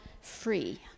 free